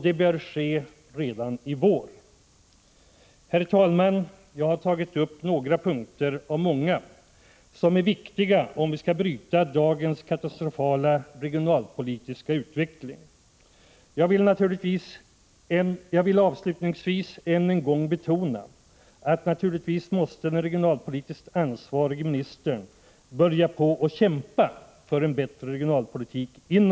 Detta bör ske redan i vår. Herr talman! Jag har tagit upp några punkter — av många — som är viktiga, om vi skall bryta dagens katastrofala regionalpolitiska utveckling. Jag vill avslutningsvis än en gång betona att den regionalpolitiskt ansvarige ministern naturligtvis måste börja att kämpa för en bättre regionalpolitik.